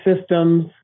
systems